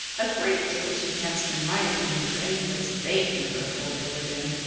a great deal too handsome, in my opinion, for any place they can ever afford to live in.